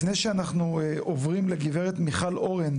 לפני שאנחנו עוברים לגברת מיכל ארן,